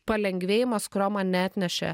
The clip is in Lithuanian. palengvėjimas kurio man neatnešė